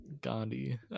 gandhi